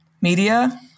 media